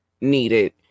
needed